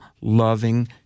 loving